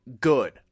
good